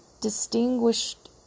distinguished